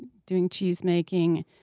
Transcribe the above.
doing cheese making,